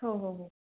हो हो हो